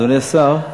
אדוני השר,